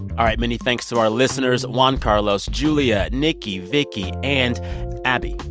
all right, many thanks to our listeners juan carlos, julia, nikki, vicky and abby,